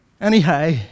Anyhow